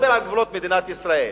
אני מדבר על גבולות מדינת ישראל.